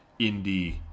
indie